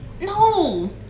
no